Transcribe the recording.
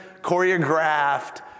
choreographed